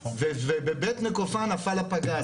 ובבית נקופה נפל הפגז.